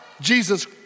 Jesus